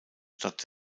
stadt